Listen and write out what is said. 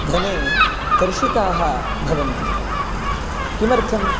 धने कर्षिताः भवन्ति किमर्थं